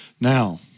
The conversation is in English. Now